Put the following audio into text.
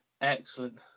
Excellent